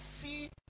see